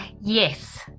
yes